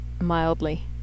mildly